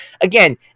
Again